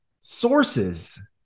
sources